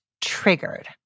triggered